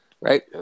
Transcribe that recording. right